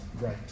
right